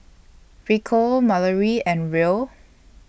Rico Malorie and Ruel